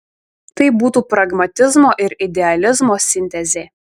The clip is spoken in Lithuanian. tai būtų pragmatizmo ir idealizmo sintezė